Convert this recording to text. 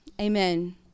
amen